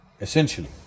Essentially